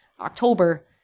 October